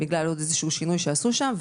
בגלל עוד איזשהו שינוי שנעשה שם.